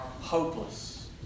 hopeless